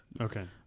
Okay